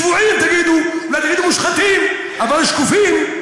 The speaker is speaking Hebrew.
צבועים, תגידו, אולי תגידו מושחתים, אבל שקופים?